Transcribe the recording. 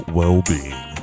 well-being